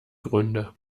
gründe